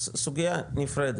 סוגייה נפרדת,